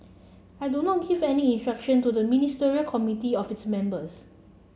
I do not give any instruction to the Ministerial Committee or its members